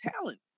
talent